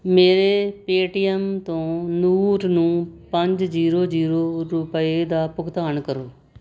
ਮੇਰੇ ਪੇਟੀਐੱਮ ਤੋਂ ਨੂਰ ਨੂੰ ਪੰਜ ਜ਼ੀਰੋ ਜ਼ੀਰੋ ਰੁਪਏ ਦਾ ਭੁਗਤਾਨ ਕਰੋ